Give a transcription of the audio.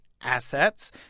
assets